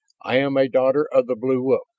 i am a daughter of the blue wolf.